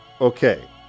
okay